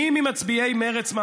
מי ממצביעי מרצ,